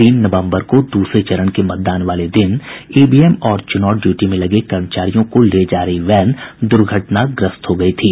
तीन नवंबर को द्रसरे चरण के मतदान वाले दिन ईवीएम और चुनाव ड्यूटी में लगे कर्मचारियों को ले जा रही वैन द्र्घटनाग्रस्त हो गई थी